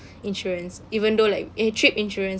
insurance even though like eh trip insurance